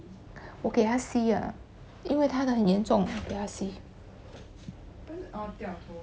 我给他 C ah 因为他的很严重给他 C